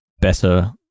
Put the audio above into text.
better